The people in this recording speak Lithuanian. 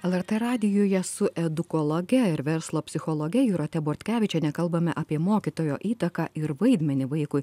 lrt radijuje su edukologe ir verslo psichologe jūrate bortkevičiene kalbame apie mokytojo įtaką ir vaidmenį vaikui